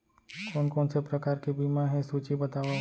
कोन कोन से प्रकार के बीमा हे सूची बतावव?